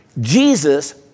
Jesus